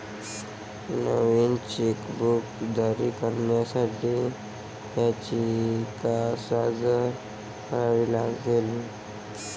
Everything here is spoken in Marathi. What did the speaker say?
नवीन चेकबुक जारी करण्यासाठी याचिका सादर करावी लागेल